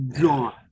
Gone